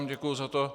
Děkuji za to.